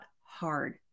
hard